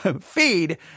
feed